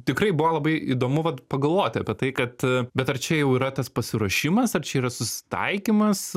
tikrai buvo labai įdomu vat pagalvoti apie tai kad bet ar čia jau yra tas pasiruošimas ar čia yra susitaikymas